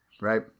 Right